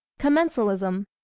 Commensalism